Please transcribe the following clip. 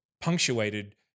punctuated